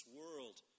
world